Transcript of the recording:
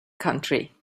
country